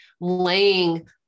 laying